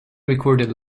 recorded